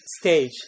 stage